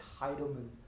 entitlement